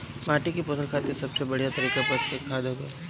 माटी के पोषण खातिर सबसे बढ़िया तरिका प्राकृतिक खाद हवे